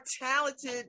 talented